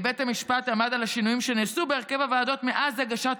"בית המשפט עמד על השינויים שנעשו בהרכב הוועדות מאז הגשת